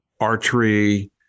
archery